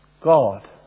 God